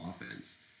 offense